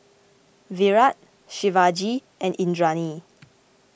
Virat Shivaji and Indranee